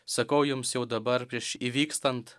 sakau jums jau dabar prieš įvykstant